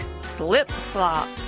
slip-slop